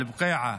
אל-בוקיעה,